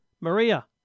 Maria